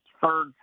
third